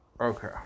Okay